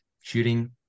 shooting